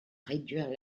réduire